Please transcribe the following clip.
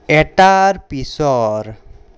এটাৰ পিছৰ